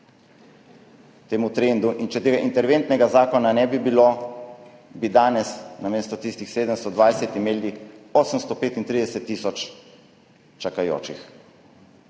temu trendu, in če tega interventnega zakona ne bi bilo, bi danes namesto tistih 720 tisoč imeli 835 tisoč čakajočih.